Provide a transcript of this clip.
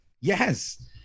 Yes